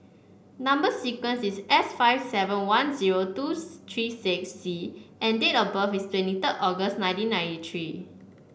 number sequence is S five seven one zero two three six C and date of birth is twenty third August nineteen ninety three